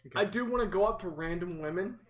i do want to go up to random women